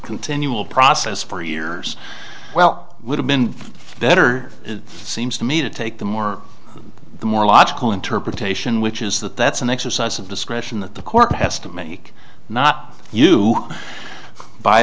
continual process for years well would have been better seems to me to take the more the more logical interpretation which is that that's an exercise of discretion that the court has to make not you by